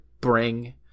bring